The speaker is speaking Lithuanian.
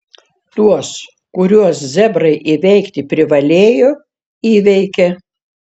tuos kuriuos zebrai įveikti privalėjo įveikė